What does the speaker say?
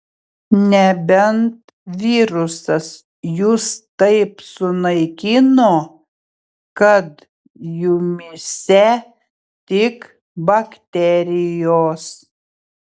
nebent virusas jus taip sunaikino kad jumyse tik bakterijos